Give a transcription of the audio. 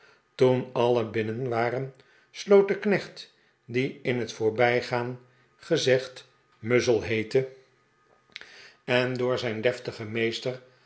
toen alien binnen waren sloot de knecht die in het voorbijgaan gezegd muzzle heette en door zijn deftigen meester